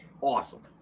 awesome